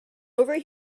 over